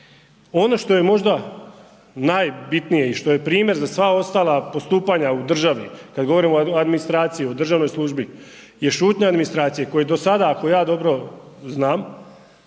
Ono što je možda najbitnije i što je primjer za sva ostala postupanja u državi, kada govorimo o administraciji, u državnoj službi, je šutnja administracije, koja do sada, ako ja dobro znam,